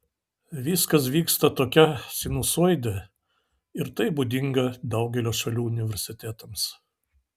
viskas vyksta tokia sinusoide ir tai būdinga daugelio šalių universitetams